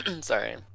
sorry